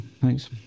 thanks